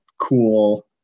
cool